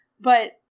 But-